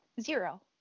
zero